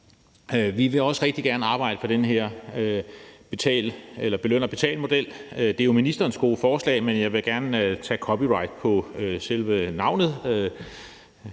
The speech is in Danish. Vi vil også rigtig gerne arbejde for den her beløn-betal-model. Det er jo ministerens gode forslag, men jeg vil gerne tage copyright på selve navnet.